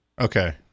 Okay